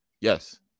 Yes